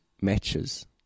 matches